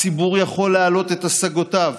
הציבור יכול להעלות את השגותיו,